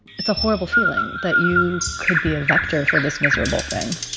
it's a horrible feeling, that you could be a vector for this miserable thing